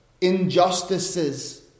injustices